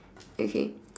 okay